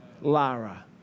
Lara